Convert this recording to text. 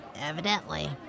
Evidently